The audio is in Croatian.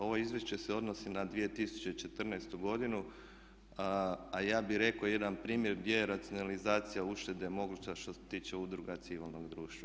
Ovo izvješće se odnosi na 2014. godinu, a ja bih rekao jedan primjer gdje je racionalizacija uštede moguća što se tiče udruga civilnog društva.